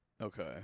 okay